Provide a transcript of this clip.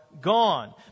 gone